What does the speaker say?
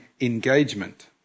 engagement